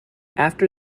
after